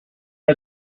are